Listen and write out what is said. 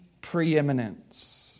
preeminence